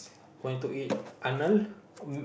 going to eat Arnold's